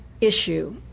issue